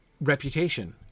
reputation